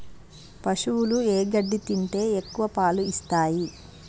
పశువులు ఏ గడ్డి తింటే ఎక్కువ పాలు ఇస్తాయి?